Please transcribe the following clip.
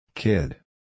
Kid